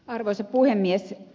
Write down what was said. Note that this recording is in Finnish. arvoisa puhemies